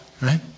Right